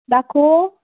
दाखोंव